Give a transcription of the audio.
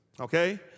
Okay